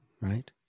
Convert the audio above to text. Right